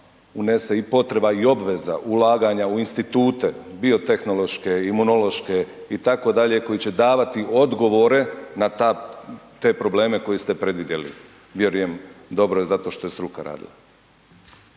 unese i potreba i obveza ulaganja u institute, bio tehnološke, imunološke i tako dalje, koji će davati odgovore na ta, te probleme koje ste predvidjeli, vjerujem dobro jer zato što je struka radila.